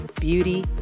beauty